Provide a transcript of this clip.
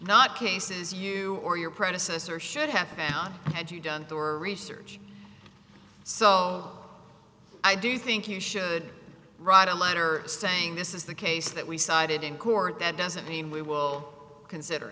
not cases you or your predecessor should have found had you done your research so i do think you should write a letter saying this is the case that we cited in court that doesn't mean we will consider